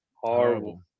horrible